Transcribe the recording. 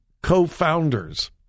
co-founders